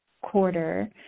quarter